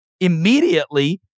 immediately